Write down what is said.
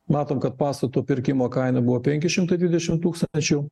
matom kad pastato pirkimo kaina buvo penki šimtai dvidešimt tūkstančių